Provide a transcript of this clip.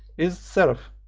is seraph,